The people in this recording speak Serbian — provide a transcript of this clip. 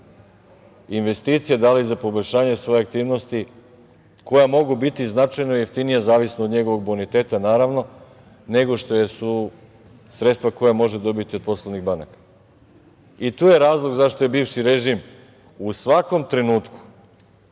investicije, da li za poboljšanje svoje aktivnosti koja mogu biti značajno jeftinija zavisno od njegovog boniteta, naravno, nego što su sredstva koja možete da dobijete poslovnih banaka. Tu je razlog zašto je bivši režim u svakom trenutku